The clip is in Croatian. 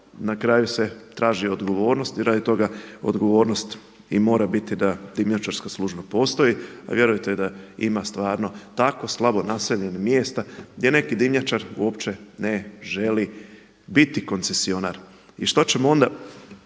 na kraju se traži odgovornost i radi toga odgovornost i mora biti da dimnjačarska služba postoji, a vjerujte da ima stvarno tako slabo naseljenih mjesta gdje neki dimnjačar uopće ne želi biti koncesionar. I što ćemo onda